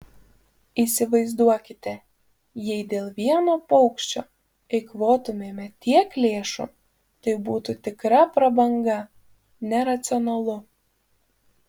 įsivaizduokite jei dėl vieno paukščio eikvotumėme tiek lėšų tai būtų tikra prabanga neracionalu